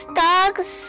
dogs